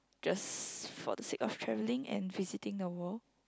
just for the sake of travelling and visiting the world